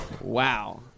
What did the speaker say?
Wow